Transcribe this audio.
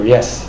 Yes